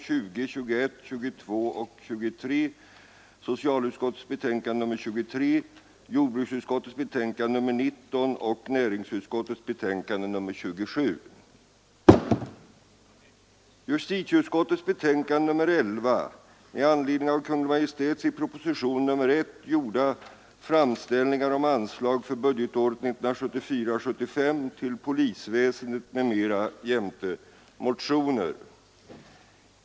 I fråga om detta betänkande hålles gemensam överläggning för samtliga punkter. Under den gemensamma överläggningen får yrkanden framställas beträffande samtliga punkter i betänkandet.